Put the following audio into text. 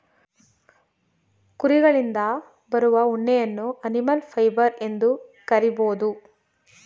ಕುರಿಗಳಿಂದ ಬರುವ ಉಣ್ಣೆಯನ್ನು ಅನಿಮಲ್ ಫೈಬರ್ ಎಂದು ಕರಿಬೋದು